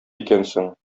икәнсең